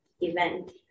event